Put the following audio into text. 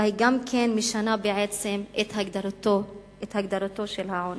אלא היא גם משנה את ההגדרה של העוני.